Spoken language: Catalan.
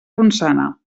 ronçana